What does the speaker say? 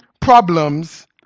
Problems